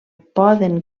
poden